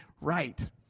right